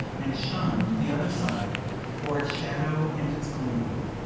and shunned the other side for its shadow and its gloom.